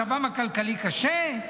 מצבם הכלכלי קשה?